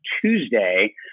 Tuesday